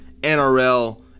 NRL